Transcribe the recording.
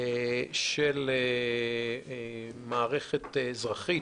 של מערכת אזרחית,